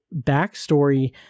backstory